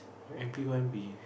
P O M B